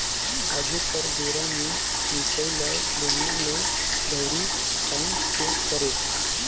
आघु कर बेरा में मिसाई ल बेलना ले, दंउरी फांएद के करे